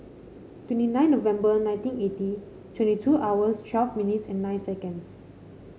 twenty nine November nineteen eighty twenty two hours twelve minutes and nine seconds